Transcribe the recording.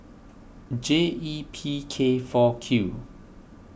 J E P K four Q